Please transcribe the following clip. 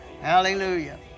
Hallelujah